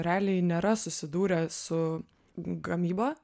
realiai nėra susidūrę su gamyba